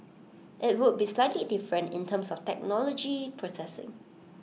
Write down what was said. IT would be slightly different in terms of technology processing